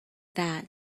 that